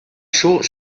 short